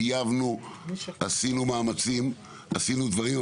טייבנו עשינו מאמצים עשינו דברים,